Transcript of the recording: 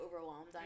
overwhelmed